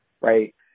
Right